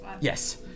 Yes